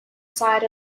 side